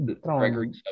Gregory